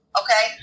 okay